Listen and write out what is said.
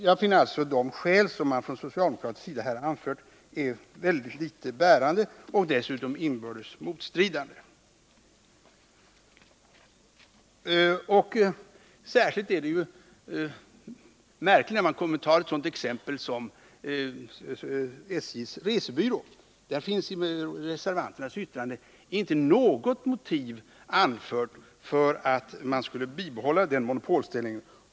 Jag finner alltså de skäl som anförts från socialdemokratisk sida föga bärande och dessutom inbördes motstridande. Särskilt är det märkligt att man tar ett sådant exempel som SJ:s resebyrå. I reservanternas yttrande finns inte något motiv anfört för att man skulle bibehålla den monopolställningen.